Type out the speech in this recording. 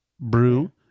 brew